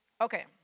Okay